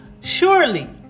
surely